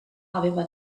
aveva